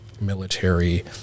military